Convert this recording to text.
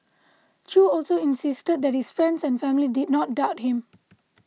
Chew also insisted that his friends and family did not doubt him